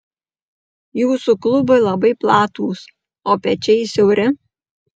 jūsų klubai labai platūs o pečiai siauri